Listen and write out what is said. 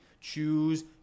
choose